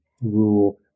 rule